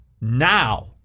now